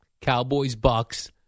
Cowboys-Bucks